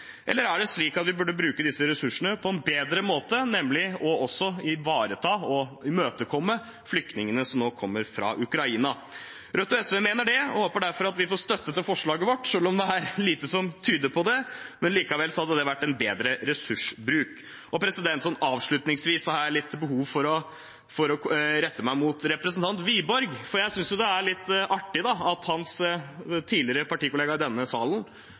Eller er det slik at vi burde bruke disse ressursene på en bedre måte, nemlig på også å ivareta og imøtekomme flyktningene som nå kommer fra Ukraina? Rødt og SV mener det og håper derfor at vi får støtte til forslaget vårt, selv om det er lite som tyder på det. Likevel hadde det vært en bedre ressursbruk. Avslutningsvis har jeg litt behov for å rette meg til representanten Wiborg. Jeg synes det er litt artig at hans tidligere partikollega i denne salen,